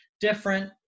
different